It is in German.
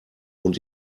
und